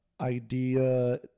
idea